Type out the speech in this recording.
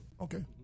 Okay